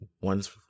one's